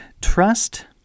Trust